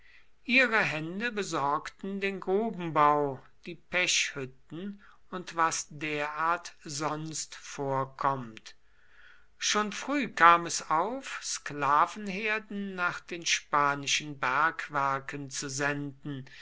ihre hände besorgten den grubenbau die pechhütten und was derart sonst vorkommt schon früh kam es auf sklavenherden nach den spanischen bergwerken zu senden